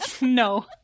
No